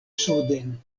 suden